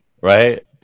Right